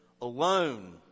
alone